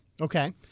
Okay